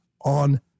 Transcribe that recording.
on